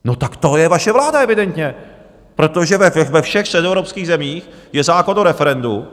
No tak to je vaše vláda evidentně, protože ve všech středoevropských zemích je zákon o referendu.